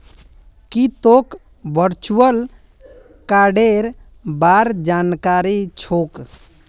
की तोक वर्चुअल कार्डेर बार जानकारी छोक